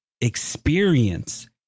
experience